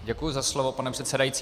Děkuji za slovo, pane předsedající.